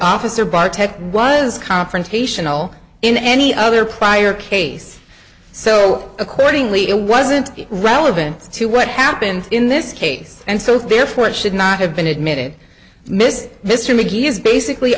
bartek was confrontational in any other prior case so accordingly it wasn't relevant to what happened in this case and so therefore it should not have been admitted mr mr magee is basically